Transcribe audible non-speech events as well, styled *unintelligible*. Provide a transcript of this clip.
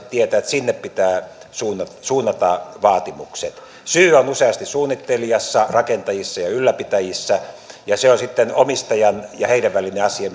*unintelligible* tietävät että sinne pitää suunnata suunnata vaatimukset syy on useasti suunnittelijassa rakentajissa ja ylläpitäjissä ja se on sitten omistajan ja heidän välinen asia *unintelligible*